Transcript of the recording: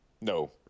No